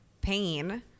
pain